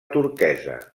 turquesa